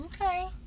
okay